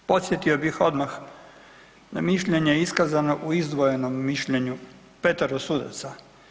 Međutim podsjetio bih odmah na mišljenje iskazano u izdvojenom mišljenju petero sudaca.